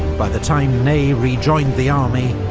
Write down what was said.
by the time ney rejoined the army,